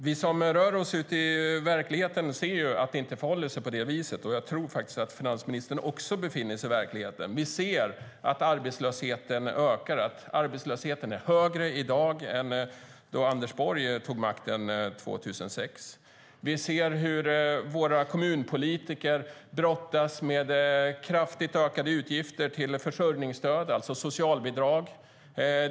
Vi som rör oss ute i verkligheten ser ju att det inte förhåller sig på det viset, och jag tror faktiskt att också finansministern befinner sig i verkligheten. Vi ser att arbetslösheten ökar, att arbetslösheten är högre i dag än då Anders Borg kom till makten 2006. Vi ser hur våra kommunpolitiker brottas med kraftigt ökade utgifter till försörjningsstöd, alltså socialbidrag.